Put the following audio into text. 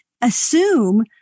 assume